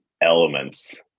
elements